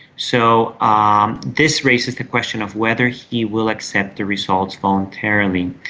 so um this raises the question of whether he will accept the results voluntarily.